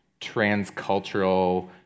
transcultural